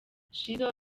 shizzo